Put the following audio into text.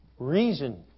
Reason